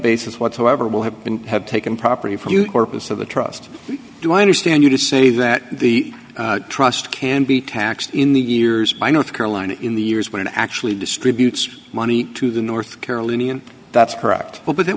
basis whatsoever will have been have taken property from corpus of the trust do i understand you to say that the trust can be taxed in the years by north carolina in the years when it actually distributes money to the north carolinian that's correct but it